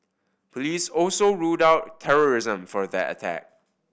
police also ruled out terrorism for that attack